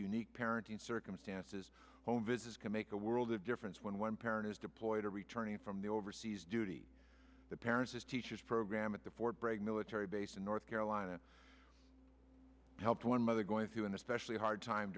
unique parenting circumstances home visits can make a world of difference when one parent is deployed or returning from the overseas duty the parents as teachers program at the fort bragg military base in north carolina helped one mother going through an especially hard time